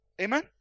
Amen